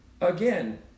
again